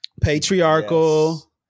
Patriarchal